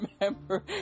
remember